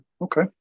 Okay